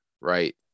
right